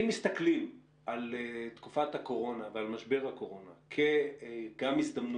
אם מסתכלים על תקופת הקורונה ועל משבר הקורונה גם כהזדמנות,